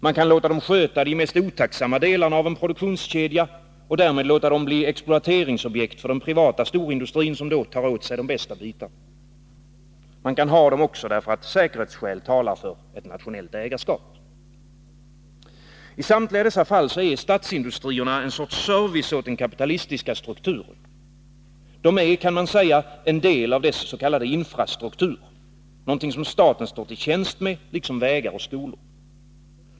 Man kan låta dem sköta de mest otacksamma delarna av en produktionskedja och därmed låta dem bli exploateringsobjekt för den privata storindustrin, som då tar åt sig de bästa bitarna. Man kan också ha dem därför att säkerhetsskäl talar för ett nationellt ägarskap. I samtliga dessa fall är statsindustrierna en sorts service åt den kapitalistiska strukturen. De är, kan man säga, en del av dess s.k. infrastruktur, någonting som staten står till tjänst med, liksom vägar och skolor.